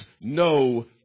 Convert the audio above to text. no